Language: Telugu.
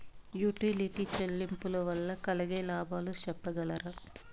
యుటిలిటీ చెల్లింపులు వల్ల కలిగే లాభాలు సెప్పగలరా?